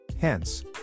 Hence